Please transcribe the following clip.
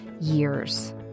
years